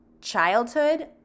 childhood